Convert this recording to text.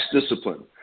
discipline